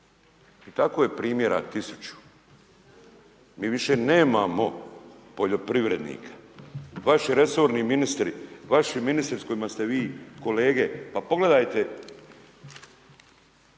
I tako je primjera tisuću. Mi više nemamo poljoprivrednika. Vaši resorni ministri, vaši ministri s kojima ste vi kolege, pa pogledajte